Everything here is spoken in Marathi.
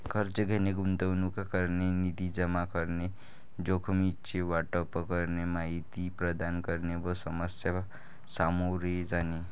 कर्ज घेणे, गुंतवणूक करणे, निधी जमा करणे, जोखमीचे वाटप करणे, माहिती प्रदान करणे व समस्या सामोरे जाणे